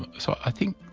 and so i think